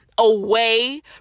away